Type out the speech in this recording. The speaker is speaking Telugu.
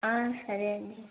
సరే అండి